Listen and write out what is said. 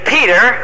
Peter